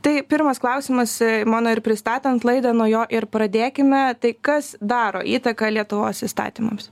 tai pirmas klausimas mano ir pristatant laidą nuo jo ir pradėkime tai kas daro įtaką lietuvos įstatymams